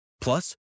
Plus